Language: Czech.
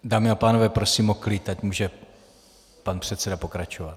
Dámy a pánové, prosím o klid, ať může pan předseda pokračovat.